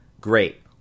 Great